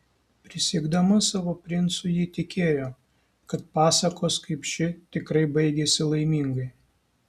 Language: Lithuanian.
prisiekdama savo princui ji tikėjo kad pasakos kaip ši tikrai baigiasi laimingai